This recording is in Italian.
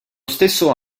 stesso